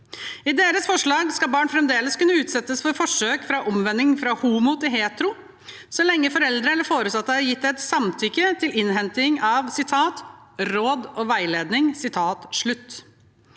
I deres forslag skal barn fremdeles kunne utsettes for forsøk på omvending fra homo til hetero så lenge foreldre eller foresatte har gitt et samtykke til innhenting av «råd og veiledning».